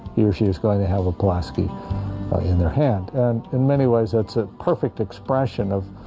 he or she is going to have a pulaski in their hand and in many ways that's a perfect expression of